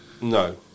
No